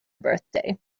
birthday